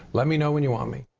let me know when you want me.